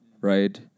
right